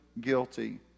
guilty